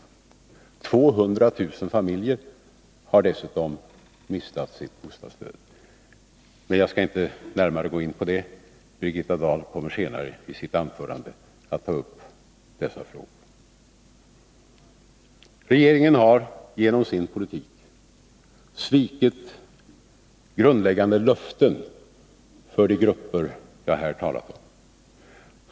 Dessutom har 200 000 familjer mistat sitt bostadsstöd. Jag skall inte gå in på detta närmare, eftersom Birgitta Dahl senare kommer att ta upp denna fråga. Regeringen har genom sin politik svikit grundläggande löften till de grupper som jag här har talat om.